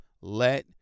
let